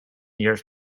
years